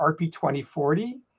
RP2040